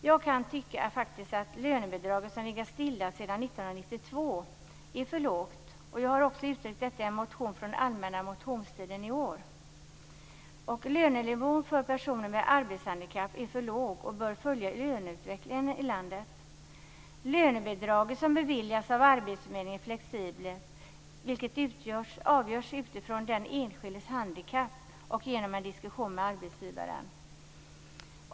Jag kan faktiskt tycka att lönebidraget som har legat still sedan 1992 är för lågt, och jag har också utvecklat det i en motion från allmänna motionstiden i år. Lönenivån för personer med arbetshandikapp är för låg och bör följa löneutvecklingen i landet. Lönebidraget som beviljas av arbetsförmedlingen är flexibelt, vilket avgörs utifrån den enskildes handikapp och genom en diskussion med arbetsgivare.